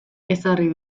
ezarri